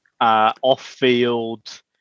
off-field